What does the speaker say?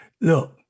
Look